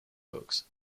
books